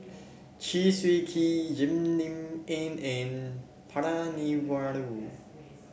Chew Swee Kee Jim Lim N and Palanivelu